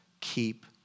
keep